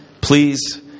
please